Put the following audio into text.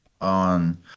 on